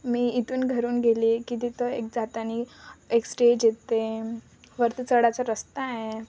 मी इथून घरून गेले की तिथं एक जाताना एक स्टेज येते वरती चढायचा रस्ता आहे